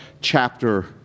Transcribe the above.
chapter